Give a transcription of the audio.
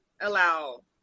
allow